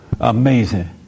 amazing